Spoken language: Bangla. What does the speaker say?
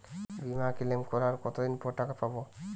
বিমা ক্লেম করার কতদিন পর টাকা পাব?